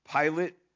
Pilate